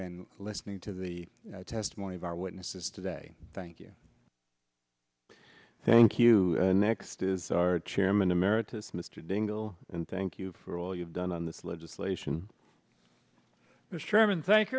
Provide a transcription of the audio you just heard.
and listening to the testimony of our witnesses today thank you thank you next is our chairman emeritus mr dingell and thank you for all you've done on this legislation mr chairman thank